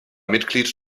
mitglied